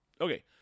Okay